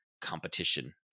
competition